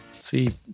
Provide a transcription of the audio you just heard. See